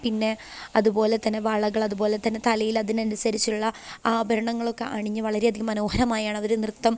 പിന്നെ അതുപോലെതന്നെ വളകൾ അതുപോലെതന്നെ തലയിൽ അതിനനുസരിച്ചുള്ള ആഭരണങ്ങളൊക്കെ അണിഞ്ഞ് വളരെയധികം മനോഹരമായാണ് അവർ നൃത്തം